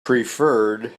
preferred